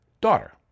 daughter